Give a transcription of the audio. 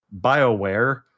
BioWare